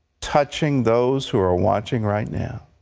touching those who are watching right now.